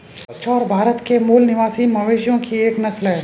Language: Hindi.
बछौर भारत के मूल निवासी मवेशियों की एक नस्ल है